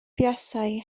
buasai